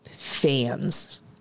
fans